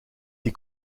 die